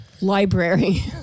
Library